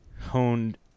honed